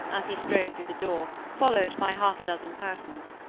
as he strode through the door, followed by half-a-dozen persons,